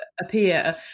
appear